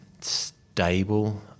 stable